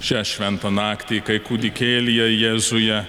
šią šventą naktį kai kūdikėlyje jėzuje